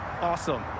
awesome